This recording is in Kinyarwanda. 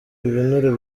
ibinure